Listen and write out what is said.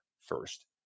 first